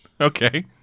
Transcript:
Okay